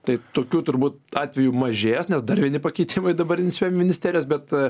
tai tokių turbūt atvejų mažės nes dar vieni pakeitimai dabar incijuoja ministerijos bet